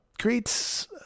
creates